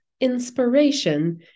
inspiration